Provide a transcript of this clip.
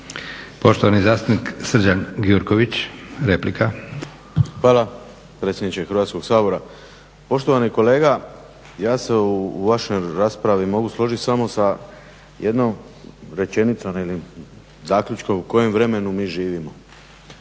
Poštovani zastupnik Srđan Gjurković, replika. **Gjurković, Srđan (HNS)** Hvala predsjedniče Hrvatskog sabora. Poštovani kolega, ja se u vašoj raspravi mogu složit samo sa jednom rečenicom ili zaključkom u kojem vremenu mi živimo.